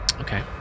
Okay